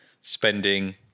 spending